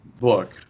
book